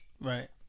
right